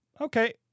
Okay